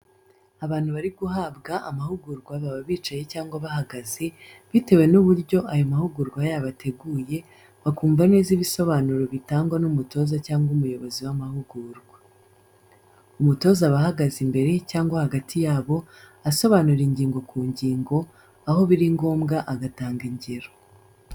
Abantu bari guhabwa amahugurwa baba bicaye cyangwa bahagaze, bitewe n'uburyo ayo mahugurwa yabo ateguye, bakumva neza ibisobanuro bitangwa n'umutoza cyangwa umuyobozi w'amahugurwa. Umutoza aba ahagaze imbere cyangwa hagati yabo, asobanura ingingo ku ngingo, aho biri ngombwa agatanga ingero.